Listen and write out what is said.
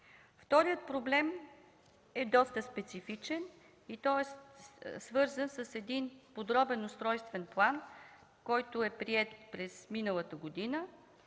Вторият проблем е доста специфичен и той е свързан с един подробен устройствен план, който е приет през месец юли миналата година,